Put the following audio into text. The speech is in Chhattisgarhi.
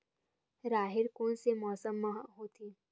राहेर कोन से मौसम म होथे?